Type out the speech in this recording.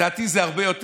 לדעתי זה הרבה יותר.